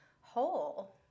whole